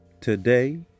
today